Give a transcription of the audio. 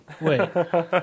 Wait